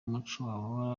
muco